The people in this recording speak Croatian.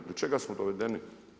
Do čega smo dovedeni?